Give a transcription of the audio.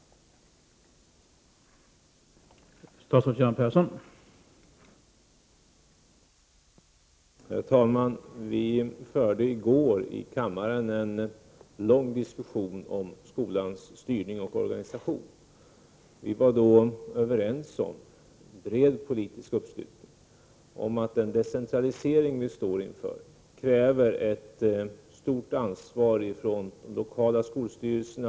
1988/89:64